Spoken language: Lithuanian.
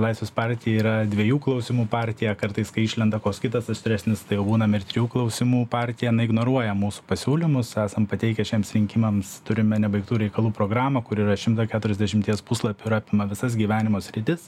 laisvės partija yra dviejų klausimų partija kartais kai išlenda koks kitas aštresnis tai jau būnam ir trijų klausimų partija na ignoruoja mūsų pasiūlymus esam pateikę šiems rinkimams turime nebaigtų reikalų programą kur yra šimta keturiasdešimties puslapių ir apima visas gyvenimo sritis